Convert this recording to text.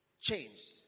changed